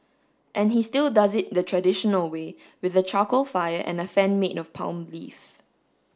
and he still does it the traditional way with a charcoal fire and a fan made of palm leaf